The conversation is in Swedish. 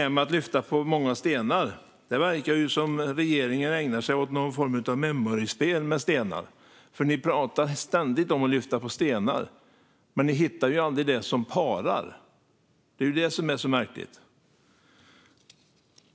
Regeringen verkar ägna sig åt någon form av memoryspel med stenar. Ni pratar ständigt om att lyfta på stenar, men ni hittar ju aldrig några par. Det är detta som är så märkligt.